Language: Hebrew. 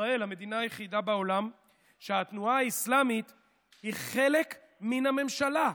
ישראל היא המדינה היחידה בעולם שהתנועה האסלאמית היא חלק מן הממשלה.